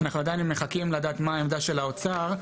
אנחנו עדיין מחכים לדעת מה העמדה של האוצר,